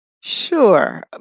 sure